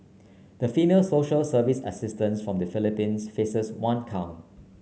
the female social service assistance from the Philippines faces one count